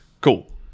Cool